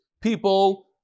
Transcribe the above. people